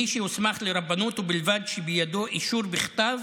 מי שהוסמך לרבנות ובלבד שבידו אישור בכתב